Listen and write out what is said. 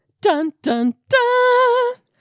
Dun-dun-dun